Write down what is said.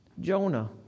Jonah